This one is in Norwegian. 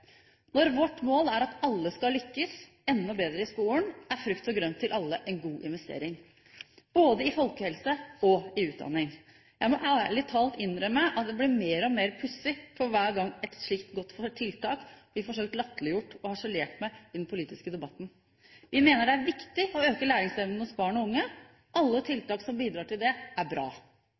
Når vårt mål er at alle skal lykkes enda bedre i skolen, er frukt og grønt til alle en god investering, både i folkehelse og i utdanning. Jeg må ærlig talt innrømme at det blir mer og mer pussig for hver gang et slikt godt tiltak blir forsøkt latterliggjort og harselert med i den politiske debatten. Vi mener det er viktig å øke læringsevnen hos barn og unge. Alle tiltak som bidrar til det, er bra.